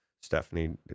Stephanie